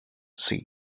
sea